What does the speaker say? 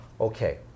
okay